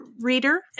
reader